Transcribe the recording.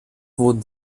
wurden